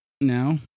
now